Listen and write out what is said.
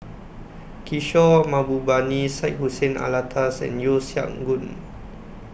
Kishore Mahbubani Syed Hussein Alatas and Yeo Siak Goon